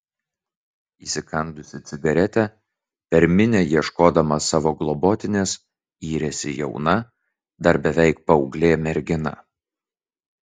įsikandusi cigaretę per minią ieškodama savo globotinės yrėsi jauna dar beveik paauglė mergina